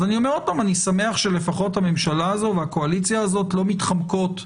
אני שמח שלפחות הממשלה הנוכחית לא מתחמקות מהסוגיה.